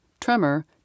tremor